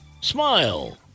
Smile